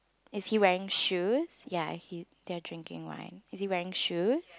is he wearing shoes ya he they are drinking wine is he wearing shoes